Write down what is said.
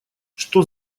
что